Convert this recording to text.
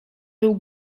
był